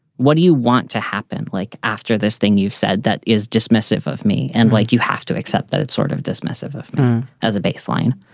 what do you want to happen? like after this thing you've said that is dismissive of me and like you have to accept that it's sort of dismissive of me as a baseline?